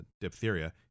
diphtheria